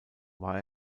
war